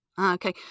Okay